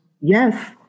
yes